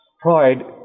Pride